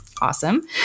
Awesome